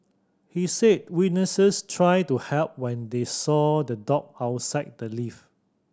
he said witnesses tried to help when they saw the dog outside the lift